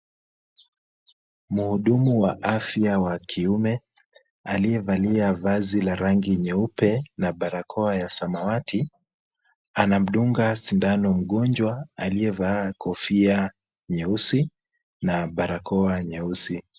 Mhudumu wa afya wa kiume, aliyevalia vazi la rangi nyeupe na barakoa ya samawati, anamdunga sindano mgonjwa aliyevaa kofia nyeusi na barakoa nyeusi.